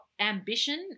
ambition